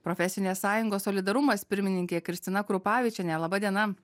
profesinės sąjungos solidarumas pirmininkė kristina krupavičienė laba diena